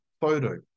photo